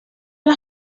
las